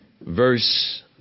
verse